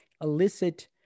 illicit